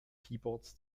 keyboards